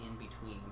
in-between